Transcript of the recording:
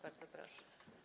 Bardzo proszę.